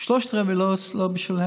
שלושת רבעי לא בשבילם,